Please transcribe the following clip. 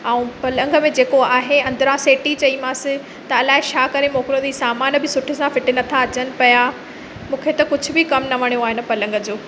ऐं पलंग में जेको आहे अंदरां सेटी चईमांसि त अलाए छा करे मोकिलियो अथईं सामानु बि सुठे सां फिट नथा अचनि पिया मूंखे त कुझु बि कमु न वणियो आहे इन पलंग जो